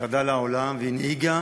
שירדה לעולם והנהיגה